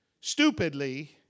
stupidly